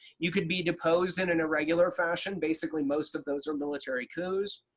you could be deposed in an irregular fashion. basically most of those are military coups.